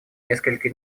несколько